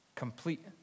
complete